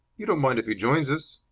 you don't mind if he joins us?